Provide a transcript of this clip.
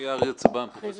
שמי אריה צבן, פרופ'